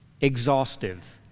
exhaustive